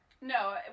No